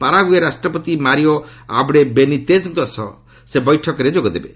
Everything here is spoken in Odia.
ପାରାଗୁଏର ରାଷ୍ଟ୍ରପତି ମାରିଓ ଆବ୍ଡୋ ବେନିତେଜ୍ଙ୍କ ସହ ସେ ବୈଠକରେ ଯୋଗଦେବେ